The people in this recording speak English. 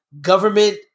government